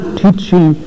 teaching